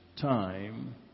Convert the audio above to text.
time